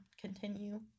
continue